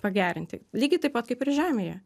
pagerinti lygiai taip pat kaip ir žemėje